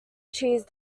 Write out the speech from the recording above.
cheese